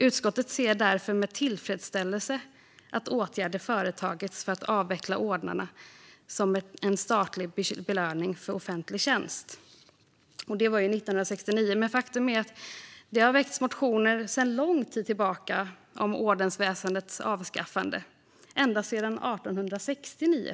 Utskottet ser därför med tillfredsställelse att åtgärder företagits för att avveckla ordnar som en statlig belöning för offentlig tjänst." Detta var 1969, men faktum är att det har väckts motioner sedan långt tillbaka om ordensväsendets avskaffande, faktiskt ända sedan 1869.